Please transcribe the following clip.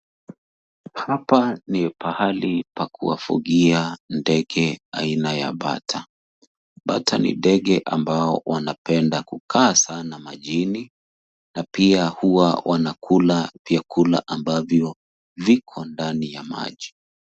Hapa ni pahali pa kuwafugia ndege aina ya bata. Bata ni ndege ambao wanapenda kukaa sana majini. Na pia huwa wanakula vyakula ambavyo viko ndani ya maji.